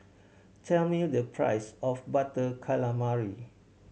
tell me the price of Butter Calamari